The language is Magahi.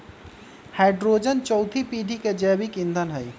हैड्रोजन चउथी पीढ़ी के जैविक ईंधन हई